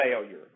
failure